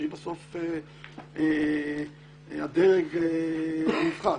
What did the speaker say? שהיא בסוף הדרג הנבחר.